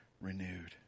renewed